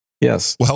yes